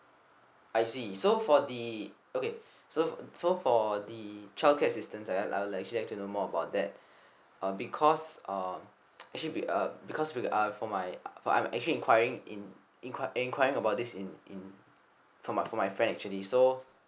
I see so for the okay so so for the childcare assistance right I'll actually like to know more about that uh because uh actually we uh because we are for my uh I'm actually inquiring in inq~ enquiring about this in in for my for my friend actually so